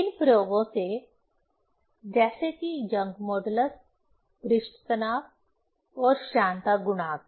इन प्रयोगों से जैसे कि यंग मॉड्यूलस पृष्ठ तनाव और श्यानता गुणांक